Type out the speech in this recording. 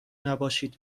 نباشید